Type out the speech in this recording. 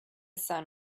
sun